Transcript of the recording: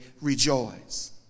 rejoice